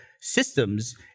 systems